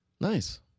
Nice